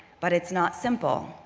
but it's not simple,